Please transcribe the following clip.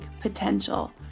potential